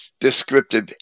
descriptive